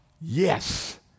yes